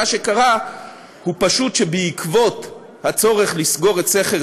מה שקרה הוא פשוט שבעקבות הצורך לסגור את סכר